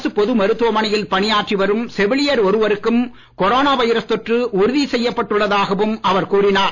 அரசு பொது மருத்துவமனையில் பணியாற்றி வரும் செவிலியர் ஒருவருக்கும் கொரோனா வைரஸ் தொற்று உறுதி செய்யப்பட்டுள்ளதாகவும் அவர் கூறினார்